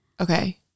Okay